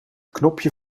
knopje